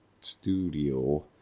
studio